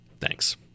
Thanks